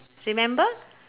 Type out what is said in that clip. remember